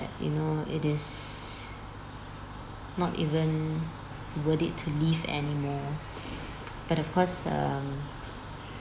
you know it is not even worthy to live anymore but of course um